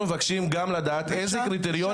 אנחנו גם מבקשים לדעת איזה קריטריונים